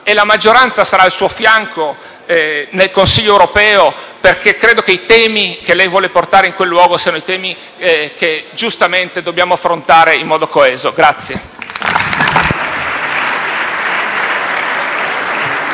e la maggioranza sarà al suo fianco nel Consiglio europeo, perché credo che i temi che lei vuole portare in quel luogo sono quelli che giustamente dobbiamo affrontare in modo coeso.